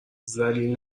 ذلیل